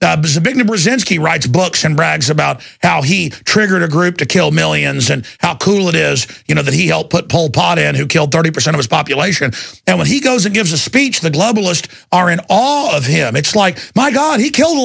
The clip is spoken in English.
them big numbers in ski writes books and brags about how he triggered a group to kill millions and how cool it is you know that he helped put paul pot in who killed thirty percent of the population and when he goes to give the speech the globalist are in all of him it's like my god he killed a